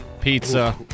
Pizza